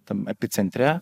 tam epicentre